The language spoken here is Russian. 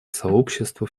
сообщество